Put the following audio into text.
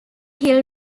hill